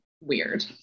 weird